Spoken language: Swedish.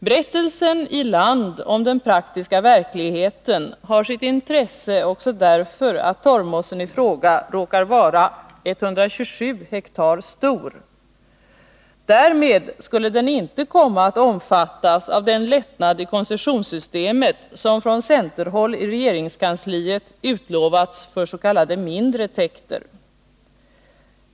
Berättelsen i Land om den praktiska verkligheten har sitt intresse också därför att torvmossen i fråga råkar vara 127 hektar stor. Därmed skulle den inte komma att omfattas av den lättnad i koncessionssystemet som från centerhåll i regeringskansliet utlovats för s.k. mindre täkter.